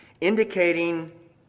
indicating